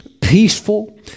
peaceful